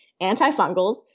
antifungals